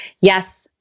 Yes